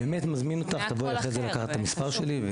אני באמת מזמין אותך לבוא אחרי זה ולקחת את המספר שלי,